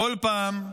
בכל פעם,